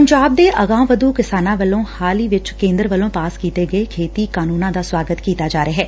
ਪੰਜਾਬ ਦੇ ਆਂਗਹਵਧੁ ਕਿਸਾਨਾਂ ਵੱਲੋਂ ਹਾਲ ਹੀ ਵਿਚ ਕੇਂਦਰ ਵੱਲੋਂ ਪਾਸ ਕੀਤੇ ਗਏ ਖੇਤੀ ਕਾਨੂੰਨਾਂ ਦਾ ਸੁਆਗਤ ਕੀਤਾ ਜਾ ਰਿਹੈ